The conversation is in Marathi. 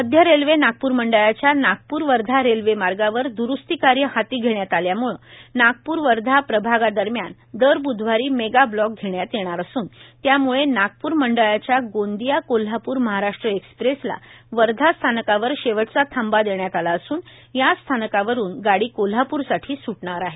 मध्य रेल्वे नागपूर मंडळाच्या नागपूर वर्धा रेल्वे मार्गावर दुरूस्ती कार्य हाती घेण्यात आल्यामुळं नागपूर वर्धा प्रभागादरम्यान दर बुधवारी मेगाब्लाक घेण्यात येणार असून त्यामुळे नागपूर मंडळाच्या गोंदिया कोल्हापूर महाराष्ट्र एक्स्प्रेसला वर्धा स्थानकावर शेवटचा थांबा देण्यात आला असून याच स्थानकावरून गाडी कोल्हापूरसाठी सुटणार आहे